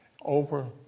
over